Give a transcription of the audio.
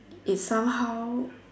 it somehow